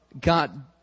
God